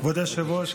כבוד היושב-ראש,